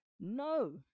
no